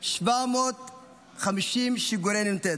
750 שיגורי נ"ט,